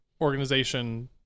organization